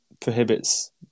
prohibits